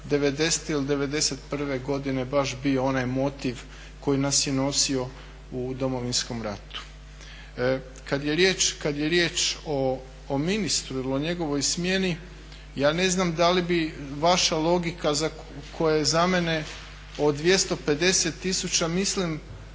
'90. ili '91. godine baš bio onaj motiv koji nas je nosio u Domovinskom ratu. Kada je riječ o ministru ili o njegovoj smjeni ja ne znam da li bi vaša logika koja je za mene od 250 tisuća mislim